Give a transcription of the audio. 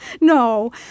no